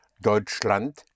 Deutschland